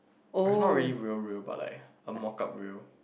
okay not really real real but like a mock up real